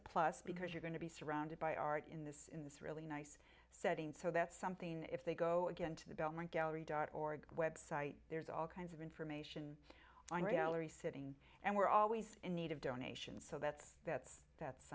a plus because you're going to be surrounded by art in this in this really nice study and so that's something if they go again to the belmont gallery dot org website there's all kinds of information on gallery sitting and we're always in need of donations so that's that's that's